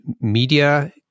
media